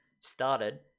started